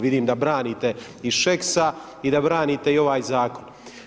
Vidim da branite i Šeksa i da branite i ovaj zakon.